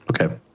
Okay